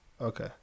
okay